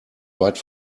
weit